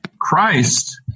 Christ